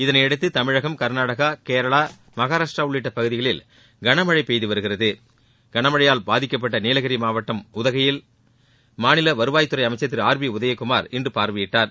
இதனையடுத்து தமிழகம் கர்நாடகா கேரளா மகாராஷ்டிரா உள்ளிட்ட பகுதிகளில் கனமழை பெய்து வருகிறது கனமழையால் பாதிக்கப்பட்ட நீலகிரி மாவட்டம் உதகையில் மாநில வருவாய் துறை அமைச்சர் திரு ஆர் பி உதயக்குமார் இன்று பார்வையிட்டார்